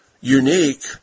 unique